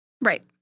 Right